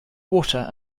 water